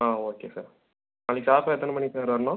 ஆ okay sir நாளைக்கு ஷார்ப்பாக எத்தனை மணிக்கு சார் வரணும்